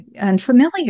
unfamiliar